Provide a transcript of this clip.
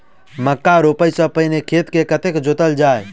मक्का रोपाइ सँ पहिने खेत केँ कतेक जोतल जाए?